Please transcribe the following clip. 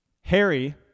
Harry